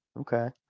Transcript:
Okay